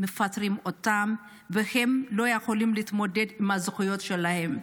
מפטרים אותם והם לא יכולים להתמודד עם הזכויות שלהם.